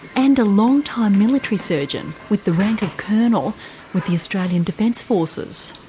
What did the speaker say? and a long-time military surgeon with the rank of colonel with the australian defence forces.